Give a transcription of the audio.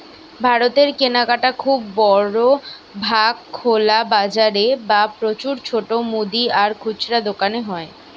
ভারতের কেনাকাটা খুব বড় ভাগ খোলা বাজারে বা প্রচুর ছোট মুদি আর খুচরা দোকানে হয়